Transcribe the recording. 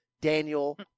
Daniel